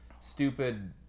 stupid